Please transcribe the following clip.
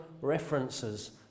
references